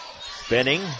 Spinning